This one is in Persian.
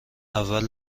اول